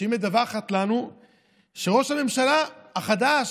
שהיא מדווחת לנו שראש הממשלה החדש,